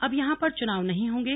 अब यहां पर चुनाव नही होंगे